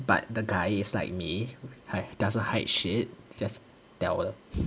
but the guy is like me !aiya! doesn't hide shit just tell lah